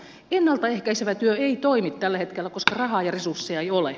ennalta ehkäisevä työ ei toimi tällä hetkellä koska rahaa ja resursseja ei ole